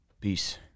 peace